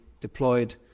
deployed